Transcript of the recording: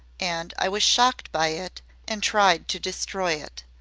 and i was shocked by it and tried to destroy it,